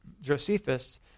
Josephus